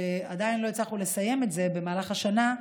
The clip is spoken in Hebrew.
עדיין לא הצלחנו לסיים את זה במהלך השנה,